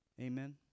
Amen